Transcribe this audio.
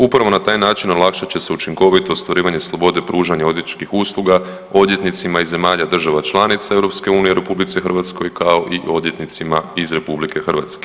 Upravo na taj način olakšat će se učinkovitost ostvarivanja slobode pružanja odvjetničkih usluga odvjetnicima iz zemalja država članica EU u RH, kao i odvjetnicima iz RH.